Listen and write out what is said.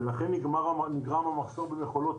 ולכן נגרם המחסור במכולות,